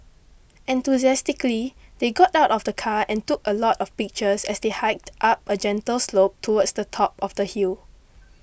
enthusiastically they got out of the car and took a lot of pictures as they hiked up a gentle slope towards the top of the hill